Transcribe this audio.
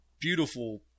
beautiful